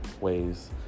ways